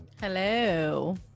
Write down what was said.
Hello